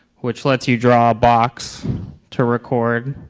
which let's you draw a box to record.